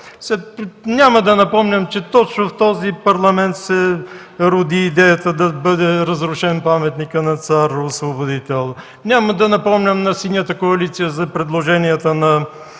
Няма да напомням, че точно в този парламент се роди идеята да бъде разрушен Паметника на Цар Освободител, няма да напомням на Синята коалиция за предложенията на